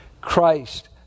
Christ